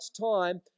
time